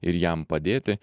ir jam padėti